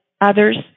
others